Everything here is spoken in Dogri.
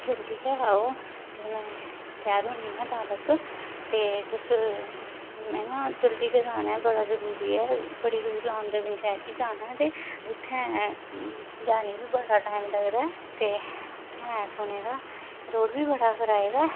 जल्दी गै आओ ते में त्यार होनियां तां तक ते तुस में जल्दी गै जाना ऐ बड्डा गै जरूरी ऐ बड्डी दूर ग्रां पंचैरी जाना ऐ उत्थै जाने गी बी बड़ा टैम लगदा ऐ ते उत्थै सुनेदा कि रोड बी बड़ा खराब ऐ